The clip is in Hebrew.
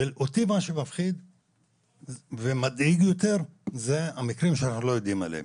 ואותי מה שמפחיד ומדאיג יותר זה המקרים שאנחנו לא יודעים עליהם.